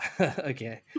okay